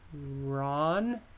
Ron